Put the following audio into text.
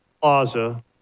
plaza